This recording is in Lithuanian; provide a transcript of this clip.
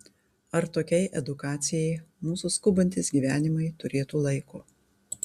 ar tokiai edukacijai mūsų skubantys gyvenimai turėtų laiko